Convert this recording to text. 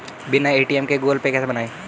बिना ए.टी.एम के Google Pay कैसे बनायें?